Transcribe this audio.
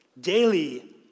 daily